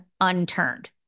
unturned